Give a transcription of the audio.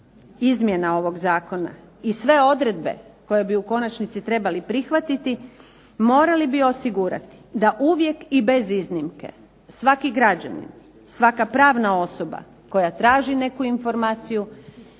izmjena ovog zakona i sve odredbe koje bi u konačnici trebali prihvatiti morali bi osigurati da uvijek i bez iznimke, svaki građanin, svaka pravna osoba koja traži neku informaciju